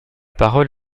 parole